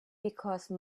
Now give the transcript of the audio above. because